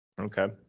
okay